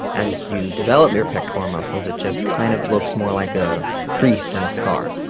as you develop your pectoral muscles it just kind of looks more like a crease than a scar.